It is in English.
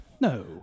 No